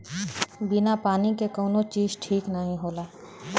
बिना पानी के कउनो चीज ठीक नाही होला